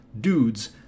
dudes